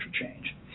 change